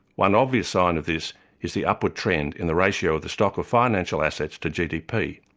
one obvious sign of this is the upward trend in the ratio of the stock of financial assets to gdp.